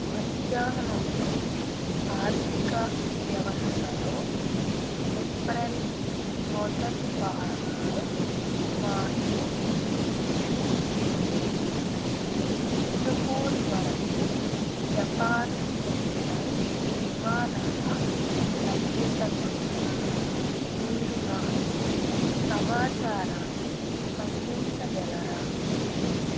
మధ్యాహ్నంలో ఆర్థిక వ్యవస్థలో ఏప్రిల్ మొదటి వారంలో మాచు పిచ్చు నుండి సింగపూర్ వరకు జపాన్ ఎయిర్లైన్స్ విమానాల లభ్యత గురించి మీరు నాకు సమాచారాన్ని అందించగలరా